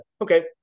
okay